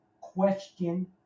question